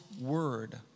word